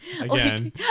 again